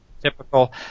typical